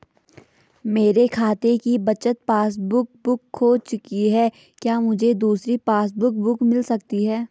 मेरे खाते की बचत पासबुक बुक खो चुकी है क्या मुझे दूसरी पासबुक बुक मिल सकती है?